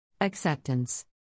Acceptance